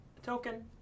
Token